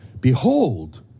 behold